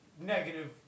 negative